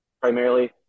primarily